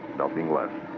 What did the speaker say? nothing less.